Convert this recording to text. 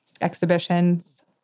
exhibitions